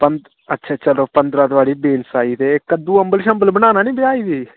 पंदरां अच्छा अच्छा पंदरां तोआढ़ी बीन्स आई गे ते कद्दू अम्बल श्म्बल बनाना न ब्याह् गी फ्ही